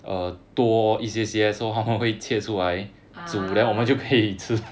ah